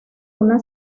una